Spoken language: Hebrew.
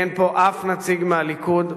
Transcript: אין פה אף נציג מהליכוד,